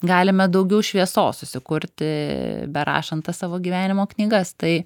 galime daugiau šviesos susikurti berašant tas savo gyvenimo knygas tai